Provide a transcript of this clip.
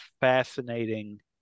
fascinating